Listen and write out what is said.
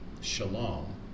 shalom